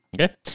Okay